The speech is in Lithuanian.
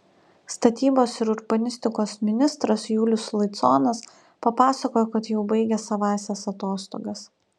statybos ir urbanistikos ministras julius laiconas papasakojo kad jau baigė savąsias atostogas